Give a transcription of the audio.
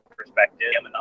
perspective